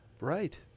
Right